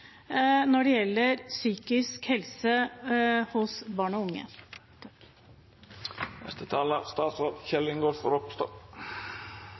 når det gjelder psykisk helse hos barn og unge.